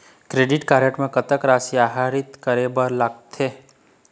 Credit card म कतक राशि आहरित करे बर लगथे?